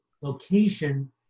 location